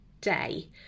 day